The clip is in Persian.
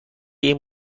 این